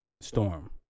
storm